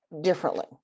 differently